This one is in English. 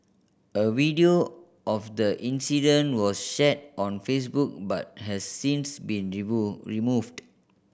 a video of the incident was shared on Facebook but has since been removed